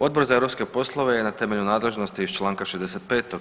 Odbor za europske poslove je na temelju nadležnosti iz članka 65.